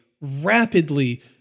rapidly